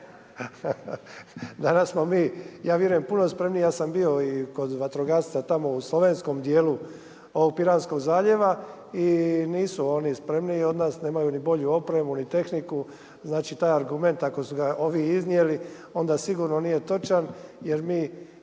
Danas smo mi ja vjerujem puno spremniji, ja sam bio kod vatrogasaca tamo u slovenskom dijelu Piranskog zaljeva i nisu oni spremniji od nas, nemaju ni bolju opremu ni tehniku znači taj argument ako su ga ovi iznijeli onda sigurno nije točan jer ja